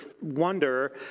wonder